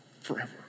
forever